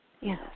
Yes